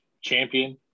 champion